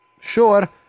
Sure